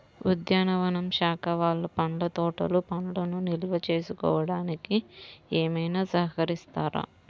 ఉద్యానవన శాఖ వాళ్ళు పండ్ల తోటలు పండ్లను నిల్వ చేసుకోవడానికి ఏమైనా సహకరిస్తారా?